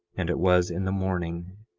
and it was in the morning,